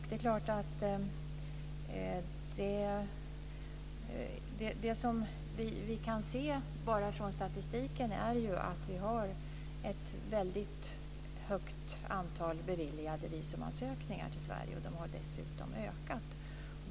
Det som vi kan se bara från statistiken är att vi har ett väldigt högt antal beviljade visumansökningar till Sverige och att de dessutom har ökat.